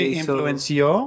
influenció